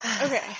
Okay